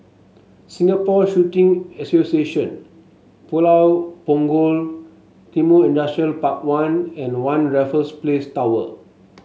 Singapore Shooting Association Pulau Punggol Timor Industrial Park One and One Raffles Place Tower